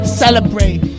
celebrate